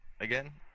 again